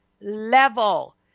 level